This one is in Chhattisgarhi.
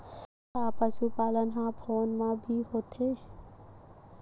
का पशुपालन ह फोन म भी होथे?